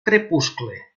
crepuscle